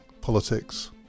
Politics